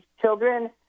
children